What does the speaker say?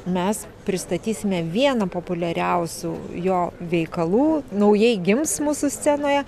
mes pristatysime vieną populiariausių jo veikalų naujai gims mūsų scenoje